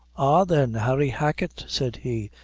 ah, then, harry hacket, said he,